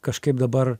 kažkaip dabar